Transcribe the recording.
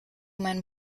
mein